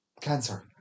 cancer